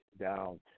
down